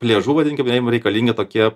pliažų vadinkim reikalingi tokia